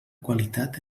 qualitat